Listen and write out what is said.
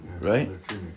right